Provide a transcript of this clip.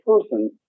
person